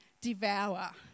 devour